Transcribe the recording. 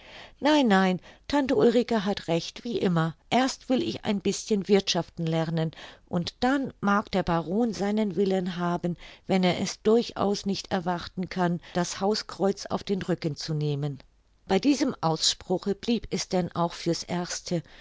nein nein tante ulrike hat recht wie immer erst will ich ein bischen wirthschaften lernen und dann mag der baron seinen willen haben wenn er es durchaus nicht erwarten kann das hauskreuz auf den rücken zu nehmen bei diesem ausspruche blieb es denn auch für's erste